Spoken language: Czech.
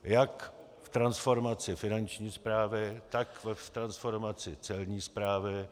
Jak v transformaci finanční správy, tak v transformaci celní správy.